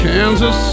Kansas